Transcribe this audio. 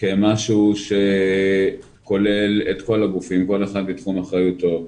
כמשהו שכולל את כל הגופים, כל אחד בתחום אחריותו.